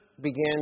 began